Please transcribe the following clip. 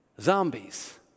Zombies